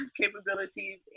capabilities